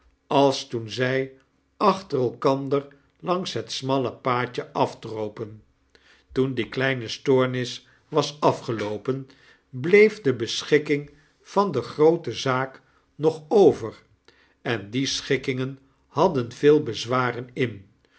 als toen zy achter elkander langs het smalle paadje afdropen toen die kleine stoornis was afgeloopen bleef de beschikking van de groote zaak nog over en die schikkingen hadden veel bezwaren in